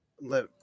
Let